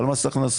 מה זה קשור,